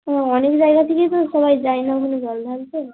ও অনেক জায়গা থেকেই তো সবাই যায় না ওখানে জল ঢালতে